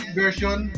version